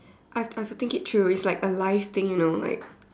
I have I have to think it through it's like a life thing you know like